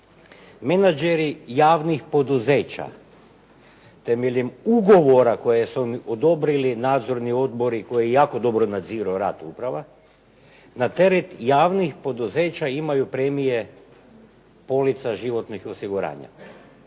menađeri javnih poduzeća temeljem ugovora koje su odobrili nadzorni odbori koji jako dobro nadziru rad uprava na teret javnih poduzeća imaju premije polica životnih osiguranja,